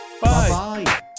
Bye